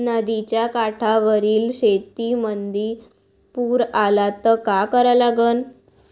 नदीच्या काठावरील शेतीमंदी पूर आला त का करा लागन?